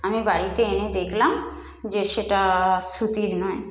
আমি বাড়িতে এনে দেখলাম যে সেটা সুতির নয়